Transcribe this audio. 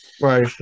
Right